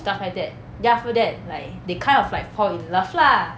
stuff like that then after that like they kind of like fall in love lah